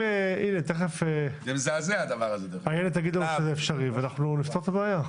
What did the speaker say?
תיכף אילת פלדמן תגיד לנו שזה אפשרי ואנחנו נפתור את הבעיה.